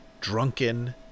drunken